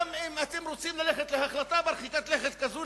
גם אם אתם רוצים ללכת להחלטה מרחיקה לכת כזאת,